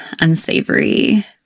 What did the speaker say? unsavory